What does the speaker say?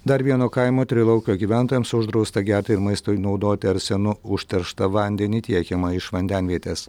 dar vieno kaimo trilaukio gyventojams uždrausta gerti ir maistui naudoti arsenu užterštą vandenį tiekiamą iš vandenvietės